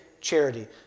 charity